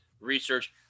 research